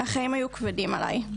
החיים היו כבדים עלי.